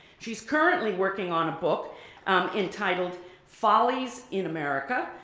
she's currently working on a book entitled follies in america,